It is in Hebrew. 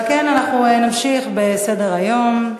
על כן נמשיך בסדר-היום.